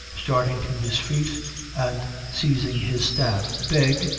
starting to his feet and seizing his staff beg!